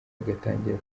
agatangira